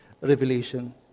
revelation